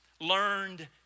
Learned